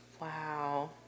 Wow